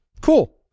cool